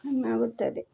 ಕಮ್ಮಿ ಆಗುತ್ತದೆ